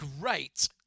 great